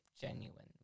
genuine